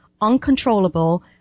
uncontrollable